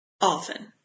often